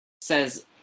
says